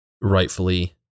rightfully